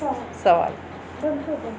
सवालु